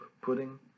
pudding